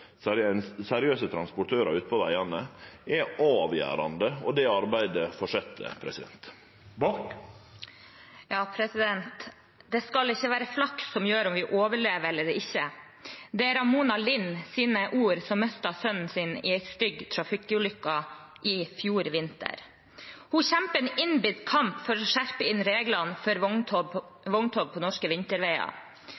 er seriøse transportørar ute på vegane, og det arbeidet held fram. «Det skal ikke være flaks som gjør om vi overlever eller ikke». Det er Ramona Linds ord. Hun mistet sønnen sin i en stygg trafikkulykke i fjor vinter. Hun kjemper en innbitt kamp for å skjerpe inn reglene for vogntog på